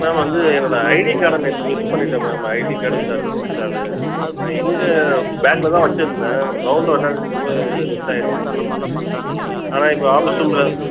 ma'am வந்து என்னோட ID கார்டை நேற்று மிஸ் பண்ணிவிட்டேன் ma'am ID card with access card நான் எங்கே பேக்கில் தான் வைச்சிருந்தேன் க்ரௌண்டில் விளையாடின்னு இருந்தபோது மிஸ் ஆகிடுச்சி மேம் அதான் இப்போ ஆஃபிஸ் ரூமில்